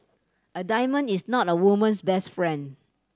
a diamond is not a woman's best friend